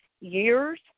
years